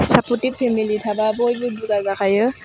सापर्टिब पेमिलि थाबा बयबो दुगा जाखायो